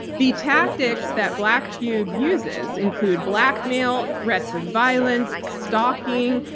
the tactics that black cube uses include blackmail, threats of violence, stalking,